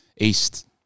east